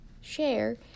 share